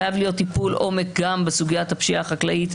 חייב להיות טיפול עומק גם בסוגיית הפשיעה החקלאית.